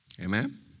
Amen